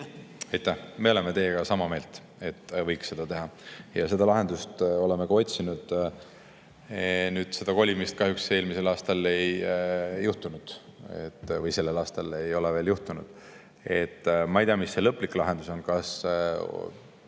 Me oleme teiega sama meelt, et võiks seda teha, ja oleme seda lahendust ka otsinud. Kolimist kahjuks eelmisel aastal ei [toimunud] või sellel aastal ei ole veel [toimunud]. Ma ei tea, mis see lõplik lahendus on, kas